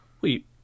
wait